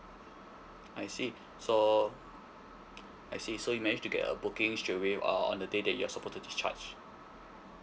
I see so I see so you manage to get a booking straightaway uh on the day that you're supposed to discharge